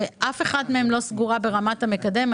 ואף אחת מהן לא 'סגורה' ברמת המקדם.